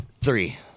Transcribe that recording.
Three